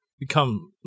Become